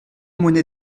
monnaie